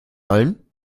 allen